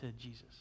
Jesus